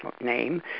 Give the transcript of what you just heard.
name